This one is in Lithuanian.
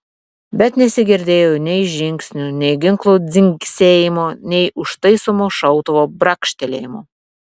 bet nesigirdėjo nei žingsnių nei ginklų dzingsėjimo nei užtaisomo šautuvo brakštelėjimo